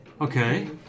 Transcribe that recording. Okay